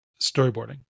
storyboarding